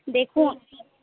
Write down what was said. দেখুন